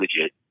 legit